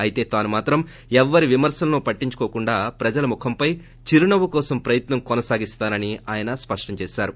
అయితే తాను మాత్రం ఎవరి విమర్పలను పట్టించుకోకుండా ప్రజల ముఖంపై చిరునవ్వు కోసం ప్రయత్న కొనసాగిస్తానని స్పష్టం చేశారు